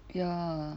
ya